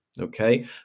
Okay